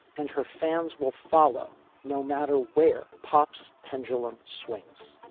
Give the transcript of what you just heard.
and her fans will follow no matter where pop's pendulum swings